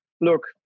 look